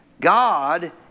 God